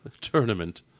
tournament